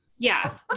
yeah. but